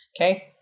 Okay